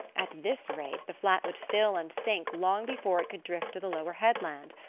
at this rate the flat would fill and sink long before it could drift to the lower headland.